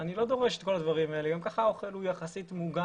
אני לא דורש את כל הדברים האלה כי גם כך האוכל הוא יחסית מוגן,